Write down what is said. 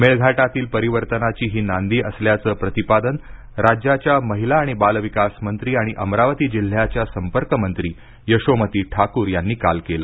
मेळघाटातील परिवर्तनाची ही नांदी असल्याचं प्रतिपादन राज्याच्या महिला आणि बालविकास मंत्री आणि अमरावती जिल्ह्याच्या संपर्कमंत्री यशोमती ठाकूर यांनी काल केलं